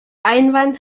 einwand